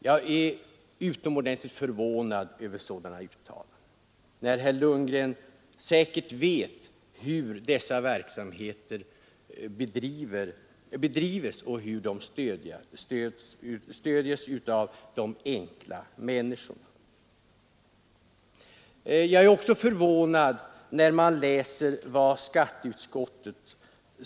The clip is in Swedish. Jag är utomordentligt förvånad över att herr Lundgren som säkert vet hur dessa verksamheter bedrivs och hur de stödjes kan göra sådana uttalanden.